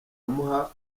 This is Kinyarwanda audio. amuha